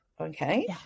okay